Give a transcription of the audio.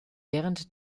während